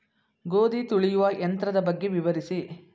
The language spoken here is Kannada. ಗೋಧಿ ತುಳಿಯುವ ಯಂತ್ರದ ಬಗ್ಗೆ ವಿವರಿಸಿ?